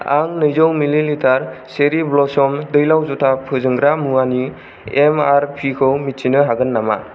आं नैजौ millilitre cherry blossom दैलाव जुथा फोजोंग्रा मुवानि एमआरपि खौ मिथिनो हागोन नामा